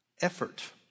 effort